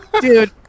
dude